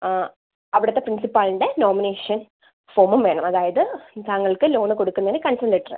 അവിടത്തെ പ്രിൻസിപ്പാളിൻ്റെ നോമിനേഷൻ ഫോമും വേണം അതായത് താങ്കൾക്ക് ലോണ് കൊടുക്കുന്നതിന് കൺഫേം ലെറ്ററ്